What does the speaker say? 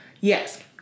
Yes